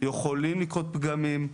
יכולים לקרות פגמים,